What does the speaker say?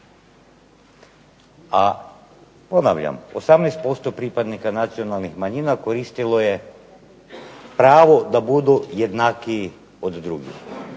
A ponavljam 18% pripadnika nacionalnih manjina koristilo je pravo da budu jednakiji od drugih,